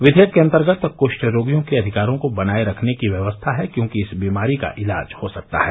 विधेयक के अंतर्गत कृष्ठ रोगियों के अधिकारों को बनाये रखने की व्यवस्था है क्योंकि इस बीमारी का इलाज हो सकता है